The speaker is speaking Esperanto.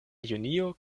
junio